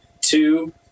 Two